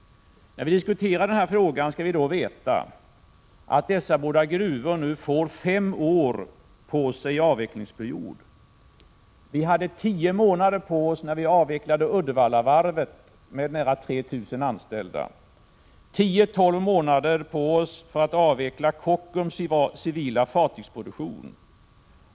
När vi diskuterar den här frågan, skall vi veta att dessa båda gruvor får en avvecklingsperiod på fem år. Vi hade tio månader på oss när vi avvecklade Uddevallavarvet med nära 3 000 anställda, och vi hade tio tolv månader på oss för att avveckla Kockums civila fartygsproduktion.